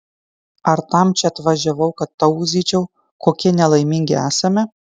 ar tam čia atvažiavau kad tauzyčiau kokie nelaimingi esame